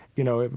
you know,